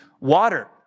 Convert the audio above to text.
water